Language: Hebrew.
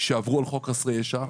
שעברו על חוק חסרי ישע.